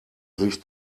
sich